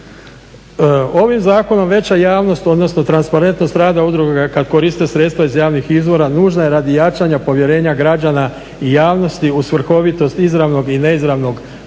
Ovim zakonom veća javnost, odnosno transparentnost rada udruga kad koriste sredstva iz javnih izvora nužna je radi jačanja povjerenja građana i javnosti u svrhovitost izravnog i neizravnog